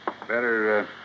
Better